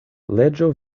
leĝo